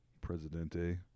Presidente